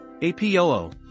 APOO